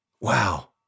Wow